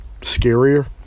scarier